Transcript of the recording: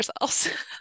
yourselves